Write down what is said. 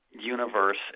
universe